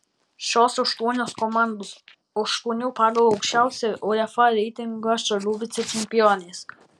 šios aštuonios komandos aštuonių pagal aukščiausią uefa reitingą šalių vicečempionės